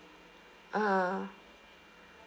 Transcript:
uh